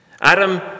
Adam